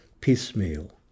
piecemeal